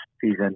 season